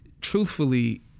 Truthfully